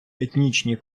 етнічні